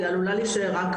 היא עלולה להישאר רק